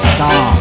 Star